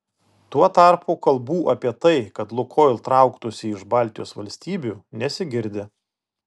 tuo tarpu kalbų apie tai kad lukoil trauktųsi iš baltijos valstybių nesigirdi